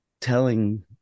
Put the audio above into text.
telling